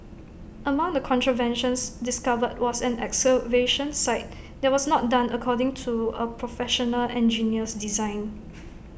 among the contraventions discovered was an excavation site that was not done according to A Professional Engineer's design